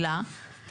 זה היופי.